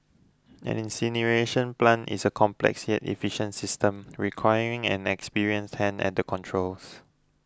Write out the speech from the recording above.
an incineration plant is a complex yet efficient system requiring an experienced hand at the controls